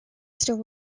still